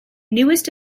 newest